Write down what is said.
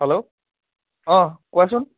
hello অঁ কোৱাচোন